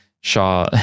Shaw